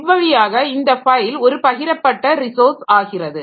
இவ்வழியாக இந்தப் ஃபைல் ஒரு பகிரப்பட்ட ரிசோர்ஸ் ஆகிறது